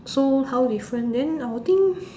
so how different then I'll think